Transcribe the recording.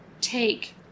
take